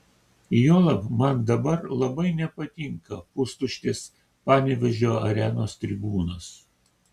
juolab man dabar labai nepatinka pustuštės panevėžio arenos tribūnos